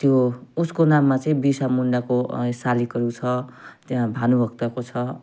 त्यो उसको नाममा चाहिँ बिर्सा मुन्डाको सालिकहरू छ त्यहाँ भानुभक्तको छ